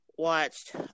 watched